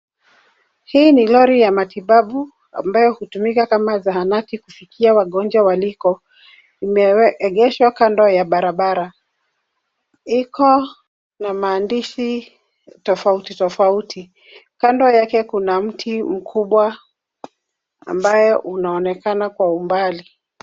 Hii ni gari ya matibabu ambayo hutumika kama zahanati kufikia wagonjwa waliko imeegeshwa kando ya barabara iko na maandishi tofauti tofauti. Kando yake kuna mti mkubwa ambayo unaonekana kwa umbali.